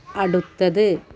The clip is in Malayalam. അടുത്തത്